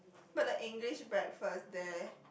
but the English breakfast there